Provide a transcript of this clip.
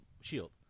shield